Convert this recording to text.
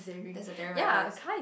that's a terrible advice